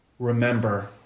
Remember